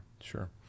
Sure